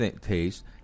taste